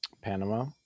Panama